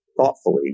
Thoughtfully